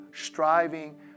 striving